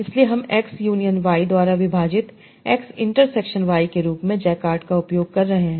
इसलिए हम X union Y द्वारा विभाजित एक्स इंटरसेक्शन वाई के रूप में जैकार्ड का उपयोग कर रहे हैं